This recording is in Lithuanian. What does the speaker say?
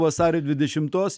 vasario dvidešimtos